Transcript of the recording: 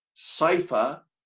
safer